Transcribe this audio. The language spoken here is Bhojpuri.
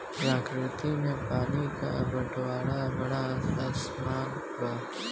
प्रकृति में पानी क बंटवारा बड़ा असमान बा